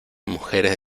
mujeres